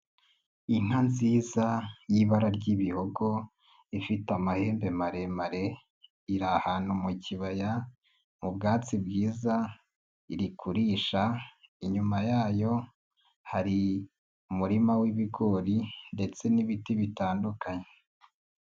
Inka nziza y'ibara ry'ibihogo ifite amahembe maremare iri ahantu mu kibaya mu bwatsi bwiza irikurisha, inyuma yayo hari umurima w'ibigori ndetse n'ibiti bitandukanye.